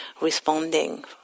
responding